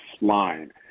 Line